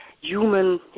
human